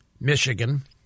Michigan